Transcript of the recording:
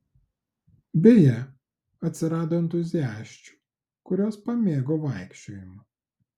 beje atsirado entuziasčių kurios pamėgo vaikščiojimą